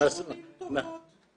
------ שנים טובות.